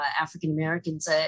African-Americans